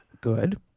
Good